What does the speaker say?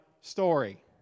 story